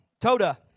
Toda